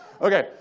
Okay